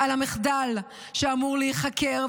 על המחדל שאמור להיחקר,